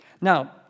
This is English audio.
Now